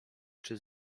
czy